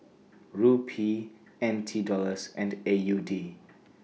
Rupee N T Dollars and A U D